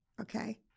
Okay